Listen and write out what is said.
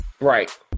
Right